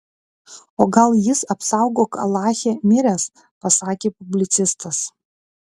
o gal jis apsaugok alache miręs pasakė publicistas